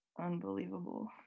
Unbelievable